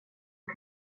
att